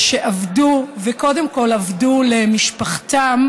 שאבדו, וקודם כול אבדו למשפחתם,